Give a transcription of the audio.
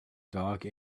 dog